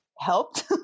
helped